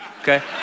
okay